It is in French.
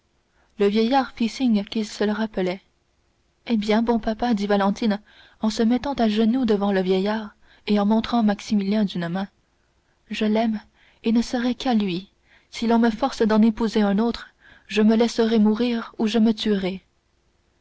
le vieillard fit signe qu'il se le rappelait eh bien bon papa dit valentine en se mettant à deux genoux devant le vieillard et en montrant maximilien d'une main je l'aime et ne serai qu'à lui si l'on me force d'en épouser un autre je me laisserai mourir ou je me tuerai